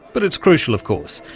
but it's crucial of course.